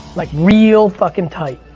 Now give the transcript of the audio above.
like real fucking tight,